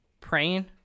praying